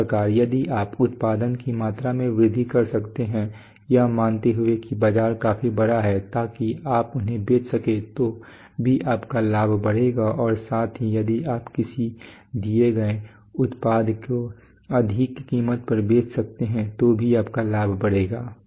इसी प्रकार यदि आप उत्पादन की मात्रा में वृद्धि कर सकते हैं यह मानते हुए कि बाजार काफी बड़ा है ताकि आप उन्हें बेच सकें तो भी आपका लाभ बढ़ेगा और साथ ही यदि आप किसी दिए गए उत्पाद को अधिक कीमत पर बेच सकते हैं तो भी आपका लाभ बढ़ेगा